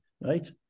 Right